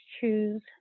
choose